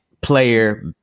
Player